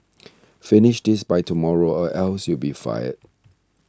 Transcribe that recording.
finish this by tomorrow or else you'll be fired